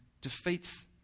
defeats